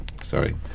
sorry